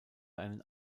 seinen